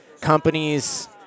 companies